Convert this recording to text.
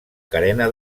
carena